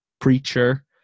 Preacher